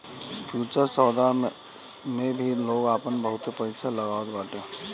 futures सौदा मे भी लोग आपन बहुते पईसा लगावत बाटे